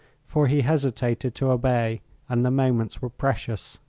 for he hesitated to obey and the moments were precious.